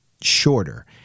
shorter